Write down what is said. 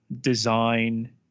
design